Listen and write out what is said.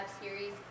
series